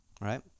Right